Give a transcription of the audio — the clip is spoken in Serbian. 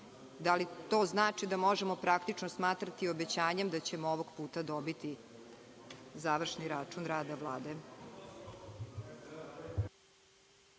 Da li to znači da možemo praktično smatrati obećanjem da ćemo ovog puta dobiti završni račun rada Vlade?